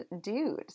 dude